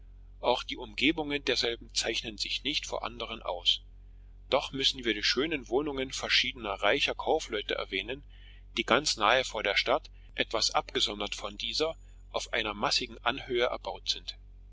auch die umgebungen derselben zeichnen sich nicht vor anderen aus doch müssen wir die schönen wohnungen verschiedener reicher kaufleute erwähnen die ganz nahe vor der stadt etwas abgesondert von dieser auf einer mäßigen anhöhe erbaut sind